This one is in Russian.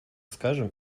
скажем